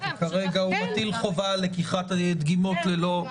כי כרגע הוא מטיל חובה על לקיחת דגימות ללא הסכמה.